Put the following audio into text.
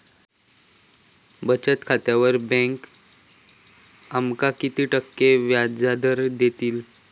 बचत खात्यार बँक आमका किती टक्के व्याजदर देतली?